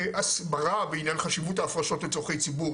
הסברה ועניין חשיבות ההפרשות לצורכי הציבור,